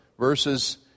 Verses